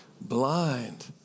blind